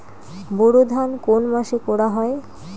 বোরো ধান কোন মাসে করা হয়?